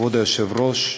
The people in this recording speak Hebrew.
כבוד היושב-ראש,